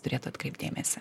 turėtų atkreipt dėmesį